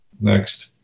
next